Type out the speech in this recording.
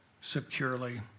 securely